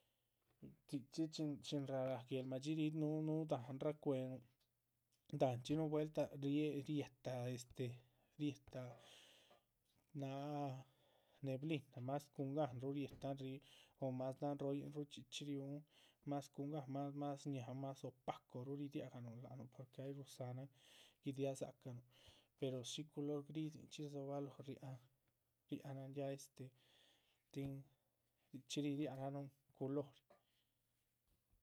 Dzichxí chin raráh guéhl madxí núhu núhu dahánraa cuénuh, dahánchxi núhu vueltah rié rietahan este, rietaha nin náha neblina más cuhun gahanruh rietahan ríh. po´mas rahán roho yinruh richxí riúhun más cun gahn, más más shñahan más opacoruh ridiánuhun lác nuh porque ay ruhudzanahan gidia dzacanuh, pero shí culor. gridzinchxi rdzohobalóho riáhan riáhanan ya este, tin dzichxí ridiaranuh culori.